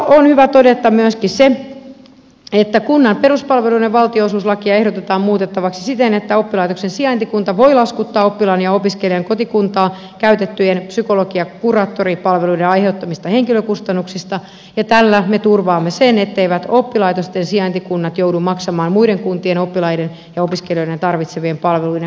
on hyvä todeta myöskin se että kunnan peruspalveluiden valtionosuuslakia ehdotetaan muutettavaksi siten että oppilaitoksen sijaintikunta voi laskuttaa oppilaan ja opiskelijan kotikuntaa käytettyjen psykologi ja kuraattoripalveluiden aiheuttamista henkilökustannuksista ja tällä me turvaamme sen etteivät oppilaitosten sijaintikunnat joudu maksamaan muiden kuntien oppilaiden ja opiskelijoiden tarvitsemien palveluiden kustannuksia